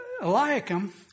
Eliakim